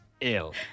ill